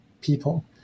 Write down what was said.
people